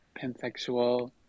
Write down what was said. pansexual